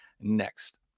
next